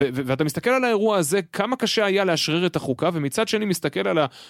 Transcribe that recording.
ואתה מסתכל על האירוע הזה, כמה קשה היה לאשרר את החוקה, ומצד שני מסתכל על ה...